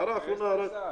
שיתגייס לצה"ל.